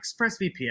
ExpressVPN